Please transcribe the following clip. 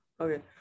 Okay